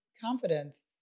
confidence